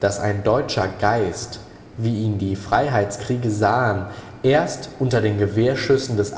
daß ein deutscher geist wie ihn die freiheitskriege sahen erst unter den gewehrschüssen des